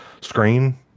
screen